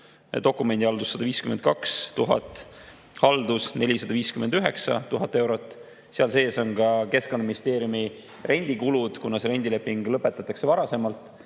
dokumendihaldus 152 000 eurot, haldus 459 000 eurot. Halduse sees on ka Keskkonnaministeeriumi rendikulud, kuna see rendileping lõpetatakse varasemalt.